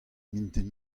mintin